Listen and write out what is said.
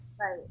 Right